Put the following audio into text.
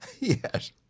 Yes